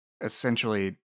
essentially